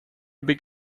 big